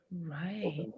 Right